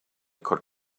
could